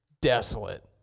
desolate